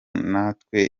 natwe